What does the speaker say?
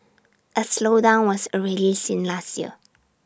A slowdown was already seen last year